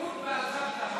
גם אתה היית בליכוד ועזבת,